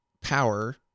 power